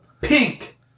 Pink